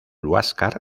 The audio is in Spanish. huáscar